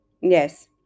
Yes